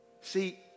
See